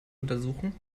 untersuchen